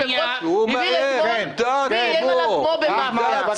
היושב-ראש הבהיר אתמול מי איים עליו כמו במאפיה.